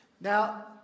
Now